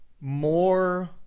more